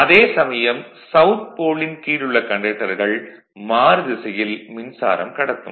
அதே சமயம் south pole கீழ் உள்ள கண்டக்டர்கள் மாறுதிசையில் மின்சாரம் கடத்தும்